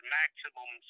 maximum